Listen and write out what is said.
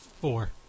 Four